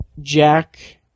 jack